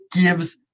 gives